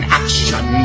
action